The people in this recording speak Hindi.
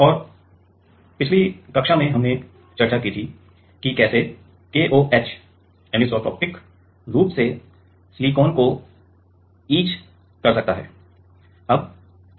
और पिछली कक्षा में हमने चर्चा की थी कि कैसे KOH अनिसोट्रोपिक रूप से सिलिकॉन को इच कर सकता है